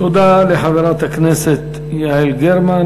תודה לחברת הכנסת יעל גרמן.